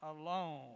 alone